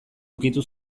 ukitu